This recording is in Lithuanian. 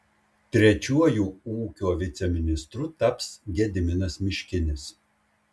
trečiuoju ūkio viceministru taps gediminas miškinis